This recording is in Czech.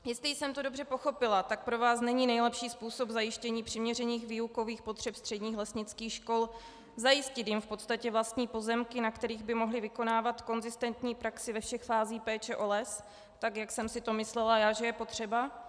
Jestli jsem to dobře pochopila, pro vás není nejlepší způsob zajištění přiměřených výukových potřeb středních lesnických škol zajistit jim v podstatě vlastní pozemky, na kterých by mohly vykonávat konzistentní praxi ve všech fázích péče o les, tak jak jsem si to myslela já, že je potřeba.